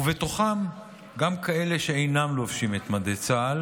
מלחמה, ומדי יום